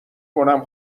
کنم